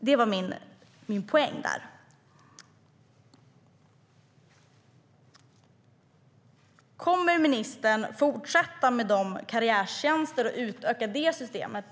Det var min poäng. Kommer ministern att fortsätta med karriärtjänsterna och utöka det systemet?